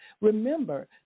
remember